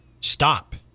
Stop